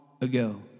ago